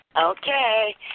Okay